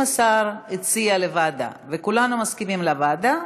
אם השר הציע להעביר לוועדה וכולנו מסכימים לוועדה,